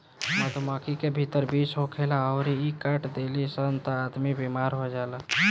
मधुमक्खी के भीतर विष होखेला अउरी इ काट देली सन त आदमी बेमार हो जाला